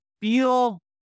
feel